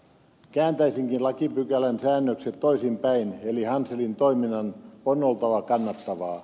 kääntäisinkin lakipykälän säännökset toisinpäin eli hanselin toiminnan on oltava kannattavaa